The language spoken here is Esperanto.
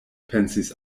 pensis